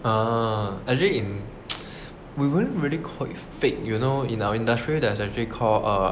oh actually in we won't really call fake you know in our industrial is actually called err